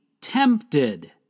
tempted